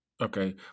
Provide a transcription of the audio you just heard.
okay